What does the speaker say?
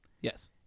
Yes